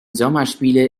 sommerspiele